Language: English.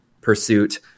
pursuit